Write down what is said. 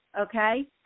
okay